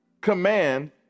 command